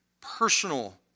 personal